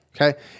Okay